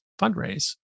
fundraise